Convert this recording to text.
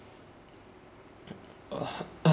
uh